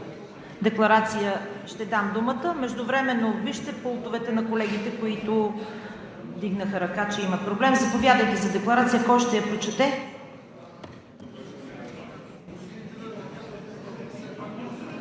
Декларация? Ще дам думата. Междувременно, вижте пултовете на колегите, които вдигнаха ръка, че имат проблем. Заповядайте за декларация. АЛЕКСАНДЪР